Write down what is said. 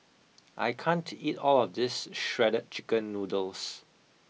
I can't eat all of this Shredded Chicken Noodles